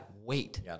weight